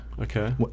Okay